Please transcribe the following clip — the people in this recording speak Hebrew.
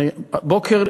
הבוקר,